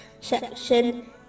section